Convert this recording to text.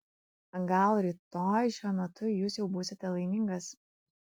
gal rytoj šiuo metu jūs jau būsite laimingas